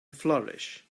flourish